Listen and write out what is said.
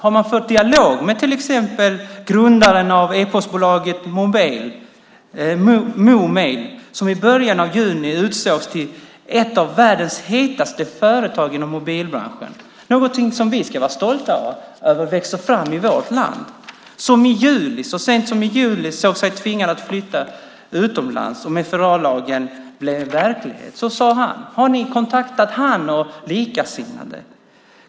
Har man fört dialog med till exempel grundaren av e-postbolaget Momail som i början av juni utsågs till ett av världens hetaste företag inom mobilbranschen, någonting som vi ska över växer fram i vårt land? Så sent som i juli ansåg bolaget sig tvingat att flytta utomlands om FRA-lagen blev verklighet. Har ni kontaktat honom och likasinnade?